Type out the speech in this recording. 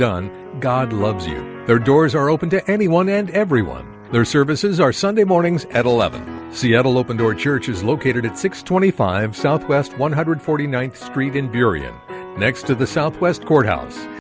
done god loves you there doors are open to anyone and everyone their services are sunday mornings at eleven seattle open door church is located at six twenty five south west one hundred forty ninth street in period next to the southwest courthouse